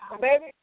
Baby